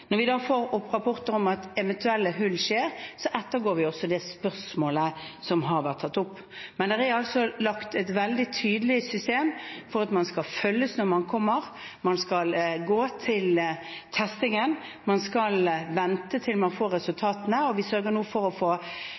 Når vi da får rapporter om eventuelle hull, ettergår vi også det. Men det er laget et veldig tydelig system for at man skal følges når man kommer, man skal gå til testingen, og man skal vente til man får resultatene. Vi jobber nå med en hjemmel for å